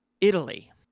Italy